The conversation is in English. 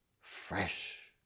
fresh